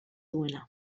duena